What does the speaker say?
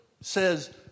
says